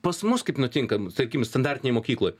pas mus kaip nutinka nu tarkim standartinėj mokykloj